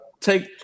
take